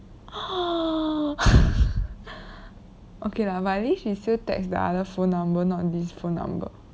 oh okay lah but at least she still texts the other phone number not this phone number